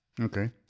Okay